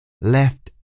left